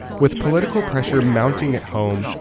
with political pressure mounting at home,